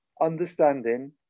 understanding